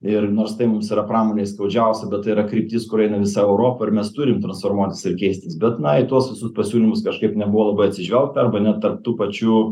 ir nors tai yra mums pramonei skaudžiausia bet tai yra kryptis kur eina visa europa ir mes turim transformuotis ir keistis bet na į tuos visus pasiūlymus kažkaip nebuvo labai atsižvelgta arba na tarp tų pačių